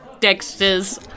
Dexter's